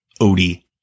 Odie